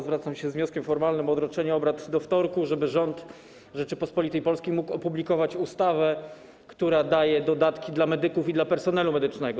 Zwracam się z wnioskiem formalnym o odroczenie obrad do wtorku, żeby rząd Rzeczypospolitej Polskiej mógł opublikować ustawę, która daje dodatki dla medyków i dla personelu medycznego.